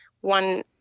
one